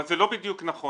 אבל זה לא בדיוק נכון.